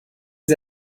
sie